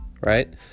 right